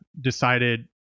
decided